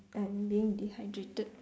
I'm being dehydrated